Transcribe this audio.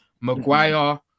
Maguire